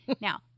Now